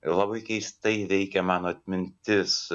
labai keistai veikia mano atmintis